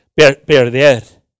perder